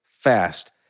fast